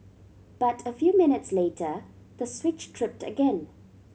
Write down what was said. but a few minutes later the switch tripped again